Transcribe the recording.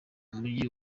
mujyi